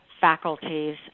faculties